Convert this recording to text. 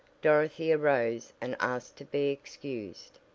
dorothy arose and asked to be excused.